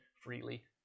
freely